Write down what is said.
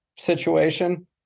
situation